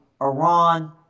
Iran